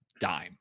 dime